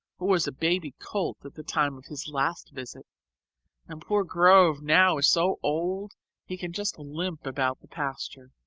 who was a baby colt at the time of his last visit and poor grove now is so old he can just limp about the pasture.